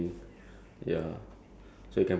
cause you can prepare everything ya